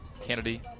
Kennedy